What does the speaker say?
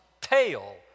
tail